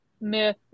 myth